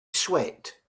sweat